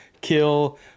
kill